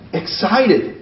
excited